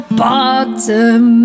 bottom